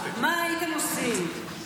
מה הייתם עושים?